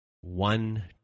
one